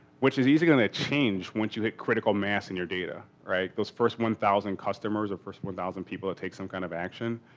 which is easy to change once you hit critical mass in your data. right, those first one thousand customers are first one thousand people that take some kind of action.